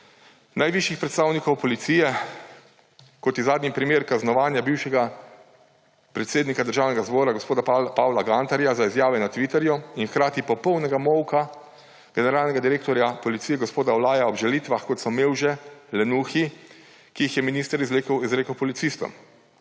najvišjih predstavnikov policije, kot je zadnji primer kaznovanja bivšega predsednika Državnega zbora gospoda Pavla Gantarja za izjave na Twitterju in hkrati popolnega molka generalnega direktorja policije gospoda Olaja ob žalitvah, kot so mevže, lenuhi, ki jih je minister izrekel policistom.